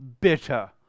bitter